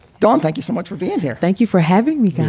don, thank you so much for being here. thank you for having me.